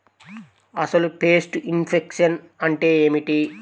అసలు pest infection అంటే ఏమిటి?